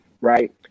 right